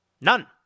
None